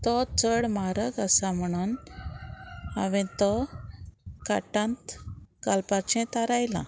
तो चड म्हारग आसा म्हणून हांवें तो कार्टांत घालपाचें थारायलां